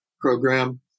program